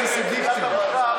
חבר הכנסת